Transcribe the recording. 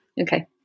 okay